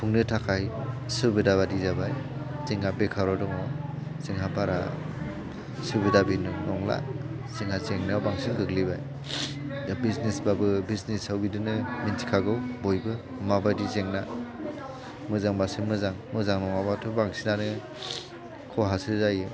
खुंनो थाखाय सुबिदा बादि जाबाय जोंहा बेकाराव दङ जोंहा बारा सुबिदा गोनां नंला जोंहा जेंनायाव बांसिन गोग्लैबाय दा बिजनेसबाबो बिजनेसाव बिदिनो मिथिखागौ बयबो माबादि जेंना मोजांबासो मोजां मोजां नङाबाथ' बांसिनानो खहासो जायो